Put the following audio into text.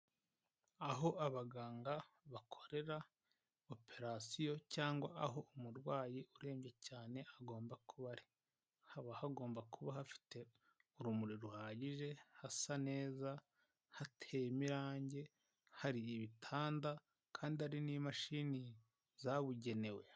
Aho abaganga bakorera operasiyo cyangwa aho umurwayi urebye cyane agomba kuba ari, haba hagomba kuba hafite urumuri ruhagije, hasa neza hateyemo imirangi, hari ibitanda, kandi hari n'imashini zabugenewe.